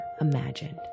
imagined